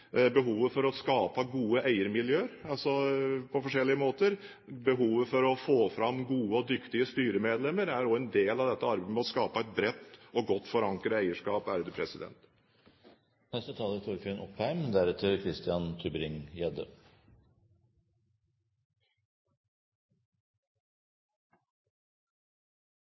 Behovet for å skape gode eiermiljøer på forskjellige måter og behovet for å få fram gode og dyktige styremedlemmer er også en del av arbeidet med å skape et bredt og godt forankret eierskap.